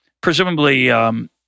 presumably